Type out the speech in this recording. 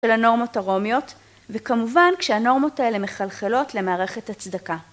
של הנורמות הרומיות, וכמובן כשהנורמות האלה מחלחלות למערכת הצדקה.